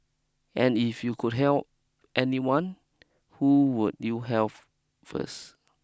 and if you could heal anyone who would you health first